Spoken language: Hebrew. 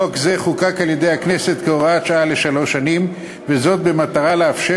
חוק זה חוקק על-ידי הכנסת כהוראת שעה לשלוש שנים במטרה לאפשר